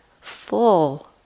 full